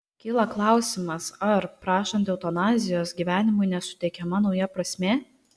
kyla klausimas ar prašant eutanazijos gyvenimui nesuteikiama nauja prasmė